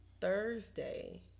Thursday